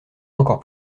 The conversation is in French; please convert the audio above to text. encore